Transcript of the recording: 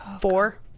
Four